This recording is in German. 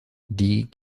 die